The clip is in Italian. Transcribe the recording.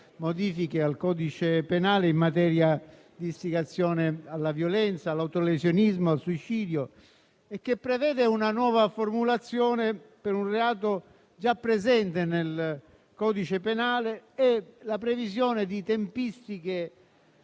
modifiche al codice penale in materia di istigazione alla violenza, all'autolesionismo, al suicidio e prevede una nuova formulazione per un reato già presente nel codice penale e la individuazione di tempistiche